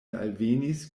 alvenis